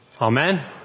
Amen